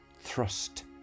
thrust